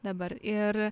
dabar ir